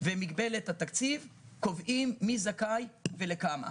ומגבלת התקציב, קובעים מי זכאי ולכמה.